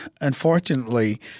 unfortunately